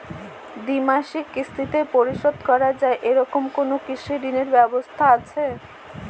দ্বিমাসিক কিস্তিতে পরিশোধ করা য়ায় এরকম কোনো কৃষি ঋণের ব্যবস্থা আছে?